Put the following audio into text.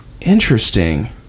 Interesting